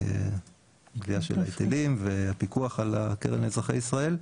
הגבייה של ההיטלים והפיקוח על הקרן לאזרחי ישראל.